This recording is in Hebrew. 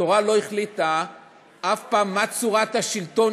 התורה לא החליטה אף פעם מה תהיה צורת השלטון.